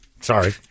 Sorry